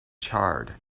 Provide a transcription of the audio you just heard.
charred